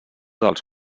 dels